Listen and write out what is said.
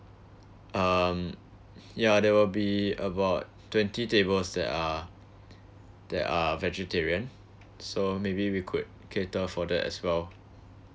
um ya there will be about twenty tables that are that are vegetarian so maybe we could cater for that as well